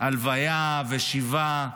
הלוויה ושבעה,